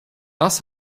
das